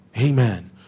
Amen